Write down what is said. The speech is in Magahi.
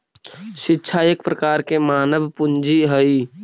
शिक्षा एक प्रकार के मानव पूंजी हइ